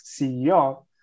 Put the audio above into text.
CEO